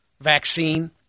vaccine